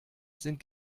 sind